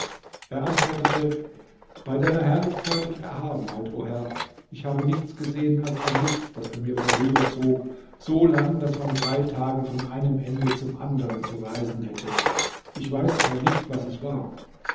er antwortete bei deiner herrlichkeit und erhabenheit o herr ich habe nichts gesehen als ein licht das an mir vorüberzog so lang daß man drei tage von einem ende zum anderen zu reisen hätte ich weiß aber nicht was es war